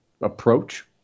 approach